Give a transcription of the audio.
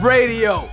Radio